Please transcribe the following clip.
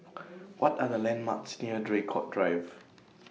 What Are The landmarks near Draycott Drive